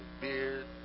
beard